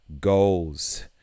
goals